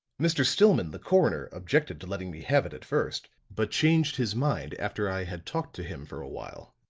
mr. stillman, the coroner, objected to letting me have it at first, but changed his mind after i had talked to him for a while.